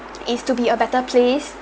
is to be a better place